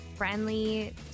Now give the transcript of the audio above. friendly